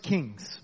Kings